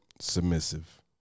submissive